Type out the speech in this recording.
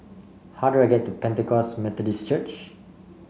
how do I get to Pentecost Methodist Church